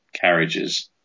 carriages